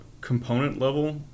component-level